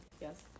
yes